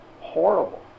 horrible